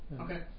Okay